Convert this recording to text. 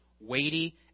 weighty